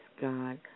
God